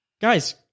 guys